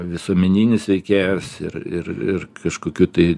visuomeninis veikėjas ir ir ir kažkokiu tai